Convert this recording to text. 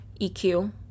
EQ